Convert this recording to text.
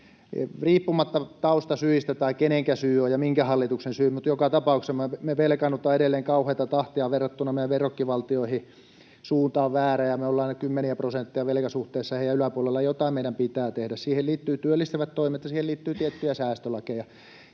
riippumatta taustasyistä tai kenenkä syy ja minkä hallituksen syy se on, joka tapauksessa me velkaannutaan edelleen kauheata tahtia verrattuna meidän verrokkivaltioihin. Suunta on väärä, kun me ollaan kymmeniä prosentteja velkasuhteessa heidän yläpuolellaan, ja jotain meidän pitää tehdä. Siihen liittyvät työllistävät toimet, ja siihen liittyy tiettyjä säästölakeja.